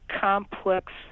complex